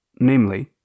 namely